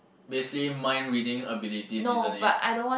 basically mind reading abilities isn't it